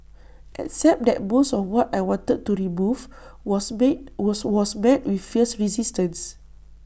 except that most of what I wanted to remove was meet was was met with fierce resistance